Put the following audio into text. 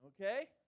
Okay